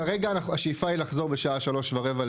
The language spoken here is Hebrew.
כרגע השאיפה היא לחזור בשעה 15:15,